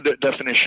definition